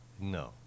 No